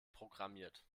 programmiert